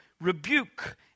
rebuke